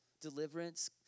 deliverance